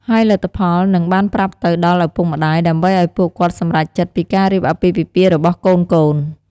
ហើយលទ្ធផលនឹងបានប្រាប់ទៅដល់ឪពុកម្តាយ ដើម្បីឲ្យពួកគាត់សម្រេចចិត្តពីការរៀបអាពាហ៍ពិពាហ៍របស់កូនៗ។